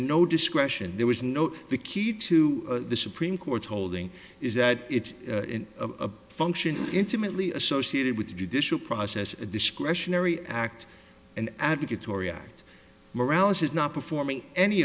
no discretion there was no the key to the supreme court's holding is that it's a function intimately associated with the judicial process a discretionary act an advocate torrie act morality is not performing any